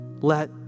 Let